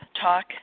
talk